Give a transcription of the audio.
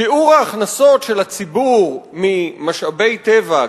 שיעור ההכנסות של הציבור ממשאבי טבע,